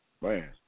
Man